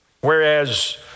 Whereas